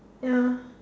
ya